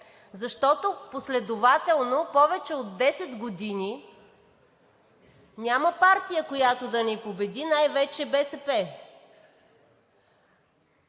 защото последователно повече от 10 години няма партия, която да ни победи, най-вече БСП.